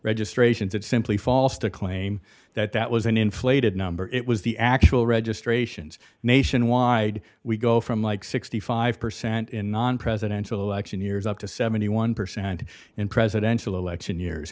registrations it's simply false to claim that that was an inflated number it was the actual registrations nationwide we go from like sixty five percent in non presidential election years up to seventy one percent in presidential election years